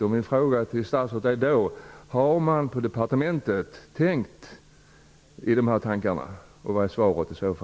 Min fråga till statsrådet blir: Har man på departementet tänkt igenom detta?